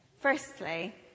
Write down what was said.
Firstly